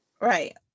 Right